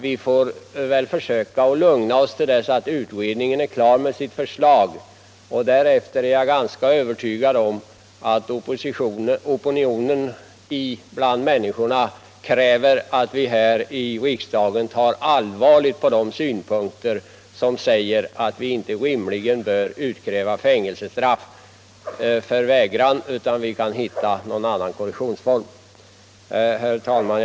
Vi får väl nu lugna oss till dess utredningen har lagt fram sitt förslag, men jag är ganska övertygad om att opinionen ute bland människorna är sådan att man kommer att kräva att vi här i riksdagen tar allvarligt på det argumentet att vi inte rimligen bör utkräva fängelsestraff för vägran att bära vapen utan att vi måste hitta andra former. Herr talman!